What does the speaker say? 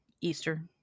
easter